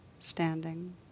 standing